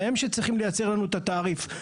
והן שצריכות לייצר לנו את התעריף.